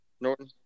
Norton